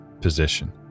position